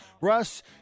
Russ